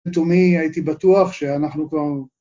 לתומי, הייתי בטוח שאנחנו כבר...